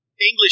English